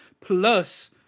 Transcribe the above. plus